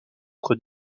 entre